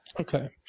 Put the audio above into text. Okay